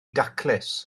daclus